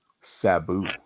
Sabu